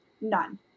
None